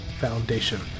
Foundation